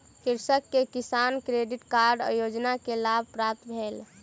कृषक के किसान क्रेडिट कार्ड योजना के लाभ प्राप्त भेल